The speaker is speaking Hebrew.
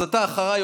אז אתה עולה אחריי,